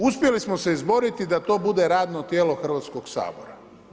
Uspjeli smo se izboriti da to bude radno tijelo Hrvatskoga sabora.